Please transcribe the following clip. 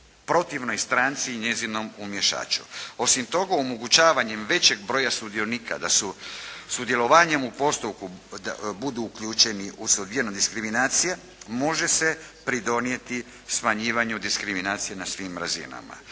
protivnoj stranci i njezinom umiješaču. Osim toga, omogućavanjem većeg broja sudionika da su sudjelovanjem u postupku budu uključeni …/Govornik se ne razumije./… diskriminacija može se pridonijeti smanjivanju diskriminacije na svim razinama.